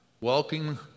Welcoming